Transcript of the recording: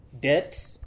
debt